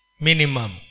Minimum